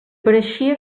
pareixia